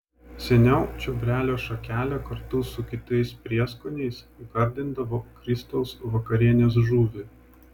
seniau čiobrelio šakele kartu su kitais prieskoniais gardindavo kristaus vakarienės žuvį